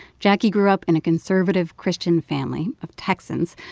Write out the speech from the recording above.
jacquie grew up in a conservative, christian family of texans.